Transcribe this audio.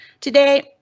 Today